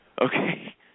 Okay